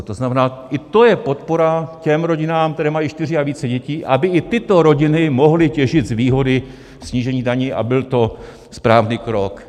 To znamená, i to je podpora těm rodinám, které mají čtyři a více dětí, aby i tyto rodiny mohly těžit z výhody snížení daní a byl to správný krok.